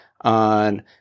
on